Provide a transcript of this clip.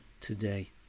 today